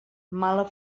mala